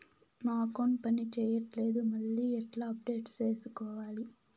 నా అకౌంట్ పని చేయట్లేదు మళ్ళీ ఎట్లా అప్డేట్ సేసుకోవాలి?